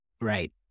Right